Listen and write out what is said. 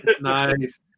Nice